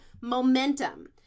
momentum